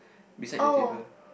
beside the table